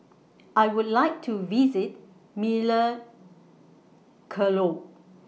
I Would like to visit